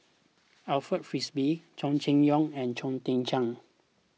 Alfred Frisby Chow Chee Yong and Chong Tze Chien